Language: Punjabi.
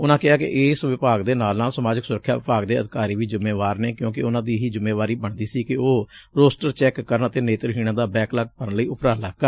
ਉਨੂਾਂ ਕਿਹਾ ਕਿ ਇਸ ਵਿਭਾਗ ਦੇ ਨਾਲ ਨਾਲ ਸਮਾਜਿਕ ਸੁਰੱਖਿਆ ਵਿਭਾਗ ਦੇ ਅਧਿਕਾਰੀ ਵੀ ਜਿੰਮੇਵਾਰ ਨੇ ਕਿਉਂਕਿ ਉਨੂਂ ਦੀ ਹੀ ਜੁੰਮੇਵਾਰੀ ਬਣਦੀ ਸੀ ਕਿ ਉਹ ਰੋਸਟਰ ਚੈਕ ਕਰਨ ਅਤੇ ਨੇਤਰਹੀਣਾਂ ਦਾ ਬੈਕਲਾਗ ਭਰਨ ਲਈ ਉਪਰਾਲੇ ਕਰਨ